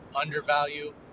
undervalue